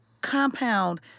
compound